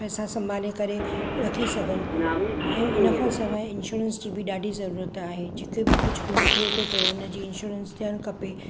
पैसा संभाले करे रखी सघनि ऐं इनखां सवाइ इंश्योरेंस जी बि ॾाढी ज़रूरत आहे जिते बि कुझु घुम थिए थो पियो हुनजी इंश्योरेंस थियणु खपे